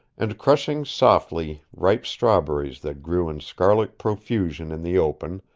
and crushing softly ripe strawberries that grew in scarlet profusion in the open,